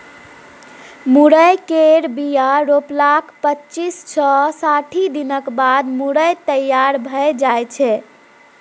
मुरय केर बीया रोपलाक पच्चीस सँ साठि दिनक बाद मुरय तैयार भए जाइ छै